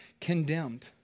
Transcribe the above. condemned